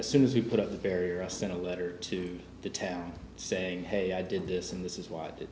as soon as we put up a barrier i sent a letter to the town saying hey i did this and this is what